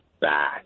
back